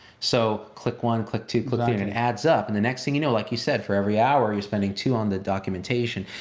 so click one, click two, click three, it and adds up and the next thing you know, like you said, for every hour you're spending two on the documentation.